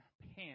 pants